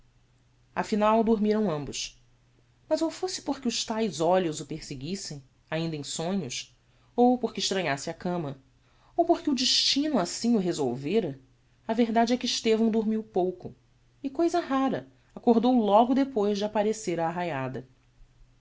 afinal dormiram ambos mas ou fosse porque os taes olhos o perseguissem ainda em sonhos ou porque extranhasse a cama ou por que o destino assim o resolvera a verdade é que estevão dormiu pouco e cousa rara accordou logo depois de apparecer a arraiada